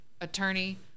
attorney